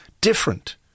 different